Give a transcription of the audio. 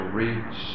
reach